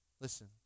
Listen